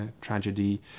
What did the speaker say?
tragedy